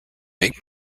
make